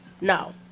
no